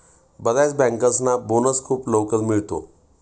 बर्याच बँकर्सना बोनस खूप लवकर मिळतो